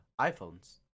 iphones